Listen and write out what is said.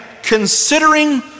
considering